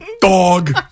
dog